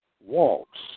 walks